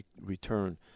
return